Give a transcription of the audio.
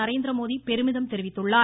நரேந்திரமோதி பெருமிதம் தெரிவித்துள்ளார்